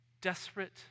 Desperate